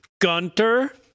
gunter